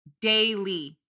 daily